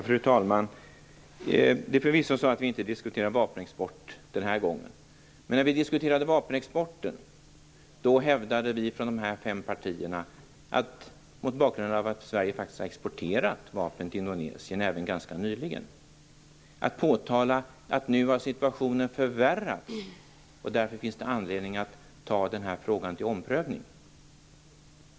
Fru talman! Det är förvisso så att vi inte diskuterar vapenexport den här gången. Men när vi diskuterade vapenexporten menade vi från de fem partierna - mot bakgrund av att Sverige, även ganska nyligen, har exporterat vapen till Indonesien - att man borde påtala att situationen nu har förvärrats och att det därför finns anledning att ompröva frågan.